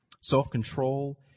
Self-control